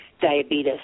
diabetes